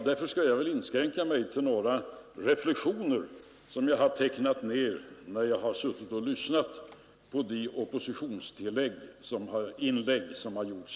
Därför skall jag inskränka mig till några reflexioner som jag har tecknat ned medan jag satt och lyssnade på oppositionens talare.